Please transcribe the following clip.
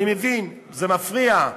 אני מבין, זה מפריע.